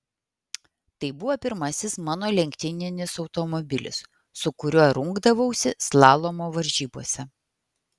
tai buvo pirmasis mano lenktyninis automobilis su kuriuo rungdavausi slalomo varžybose